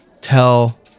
tell